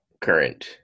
current